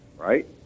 Right